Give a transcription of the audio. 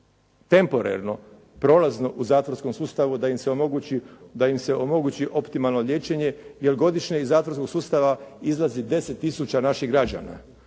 temporerno, prolazno u zatvorskom sustavu da im se omogući optimalno liječenje jer godišnje iz zatvorskog sustava izlazi 10 tisuća naših građana.